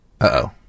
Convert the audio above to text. Uh-oh